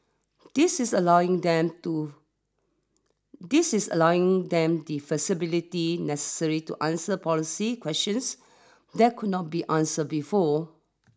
this is allowing them to this is allowing them the flexibility necessary to answer policy questions that could not be answer before